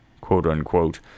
quote-unquote